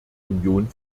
union